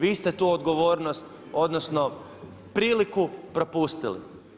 Vi ste tu odgovornost, odnosno priliku propustili.